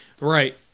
Right